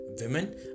women